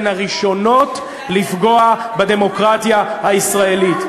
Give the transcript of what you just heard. הן הראשונות לפגוע בדמוקרטיה הישראלית.